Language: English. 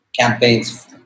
campaigns